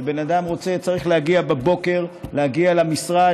שבן אדם צריך להגיע בבוקר למשרד,